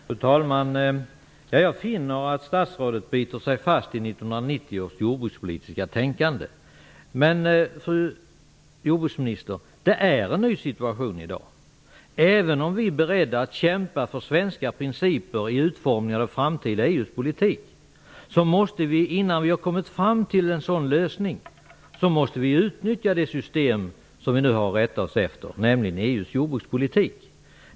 Fru talman! Jag finner att statsrådet biter sig fast i 1990 års jordbrukspolitiska tänkande. Men, fru jordbruksminister, situationen i dag är en ny sådan. Även om vi är beredda att kämpa för svenska principer i utformningen av framtida EU-politik måste vi, innan vi kommit fram till en sådan lösning, utnyttja det system som vi nu har att rätta oss efter, nämligen EU:s jordbrukspolitik.